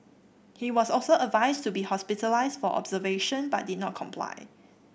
he was also advised to be hospitalised for observation but did not comply